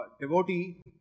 devotee